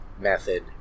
method